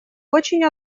очень